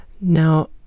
Now